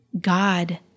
God